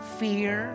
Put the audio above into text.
fear